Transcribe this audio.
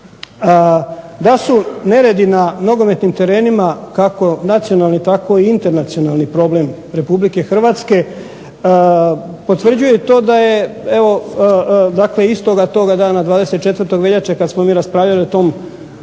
Da su neredi na nogometnim terenima kako nacionalni tako i internacionalni problema Republike Hrvatske potvrđuje to da je evo istoga toga dana 24. veljače kad smo mi raspravljali o tom